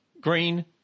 Green